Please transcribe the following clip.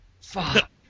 Fuck